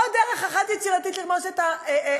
עוד דרך יצירתית אחת לרמוס את חופש